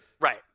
right